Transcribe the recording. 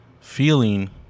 feeling